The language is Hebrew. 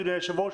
אדוני היושב-ראש,